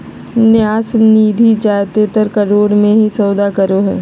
न्यास निधि जादेतर करोड़ मे ही सौदा करो हय